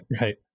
Right